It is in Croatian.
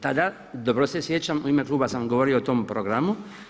Tada dobro se sjećam u ime kluba sam govorio o tom programu.